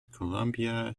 columbia